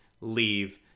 leave